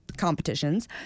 competitions